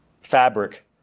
fabric